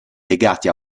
legati